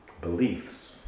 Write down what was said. beliefs